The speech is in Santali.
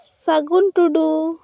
ᱥᱟᱹᱜᱩᱱ ᱴᱩᱰᱩ